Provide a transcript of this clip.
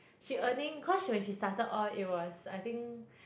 she earning cause she when she started out it was I think